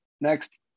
next